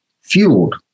fueled